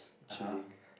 chilling